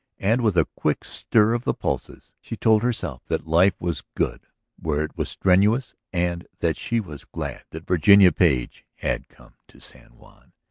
and with a quick stir of the pulses she told herself that life was good where it was strenuous and that she was glad that virginia page had come to san juan.